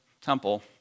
temple